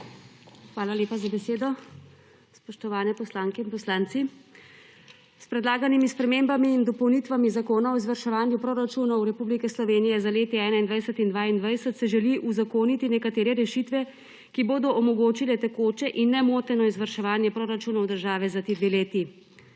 Hvala lepa za besedo. Spoštovane poslanke in poslanci! S predlaganimi spremembami in dopolnitvami Zakona o izvrševanju proračunov Republike Slovenije za leti 2021 in 2022 se želi uzakoniti nekatere rešitve, ki bodo omogočile tekoče in nemoteno izvrševanje proračunov države za ti dve leti.